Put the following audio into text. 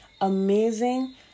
amazing